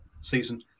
season